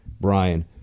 Brian